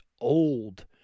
old